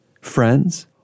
friends